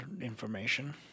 information